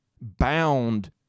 bound